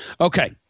Okay